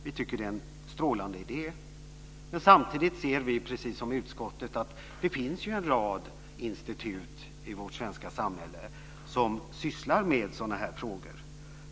Vi tycker att det är en strålande idé, men samtidigt ser vi precis som utskottet att det finns en rad institut i vårt svenska samhälle som sysslar med sådana här frågor.